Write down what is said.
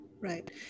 Right